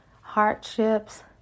Hardships